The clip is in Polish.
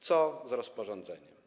Co z rozporządzeniem?